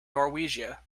norwegia